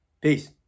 Peace